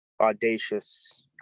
audacious